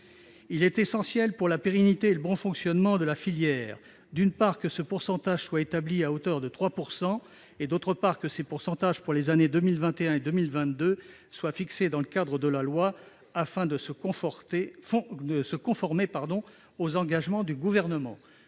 Il est essentiel pour la pérennité et le bon fonctionnement de la filière, d'une part, que ce seuil soit établi à hauteur de 3 %, et, d'autre part, que ces pourcentages pour les années 2021 et 2022 soient fixés dans le cadre de la loi, afin de se conformer aux engagements du Gouvernement.